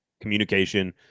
communication